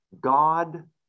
God